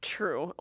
True